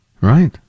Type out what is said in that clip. Right